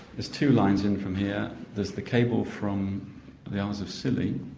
there's two lines in from here there's the cable from the isles of scilly,